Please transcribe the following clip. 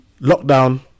lockdown